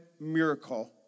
miracle